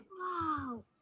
Wow